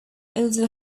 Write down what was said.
also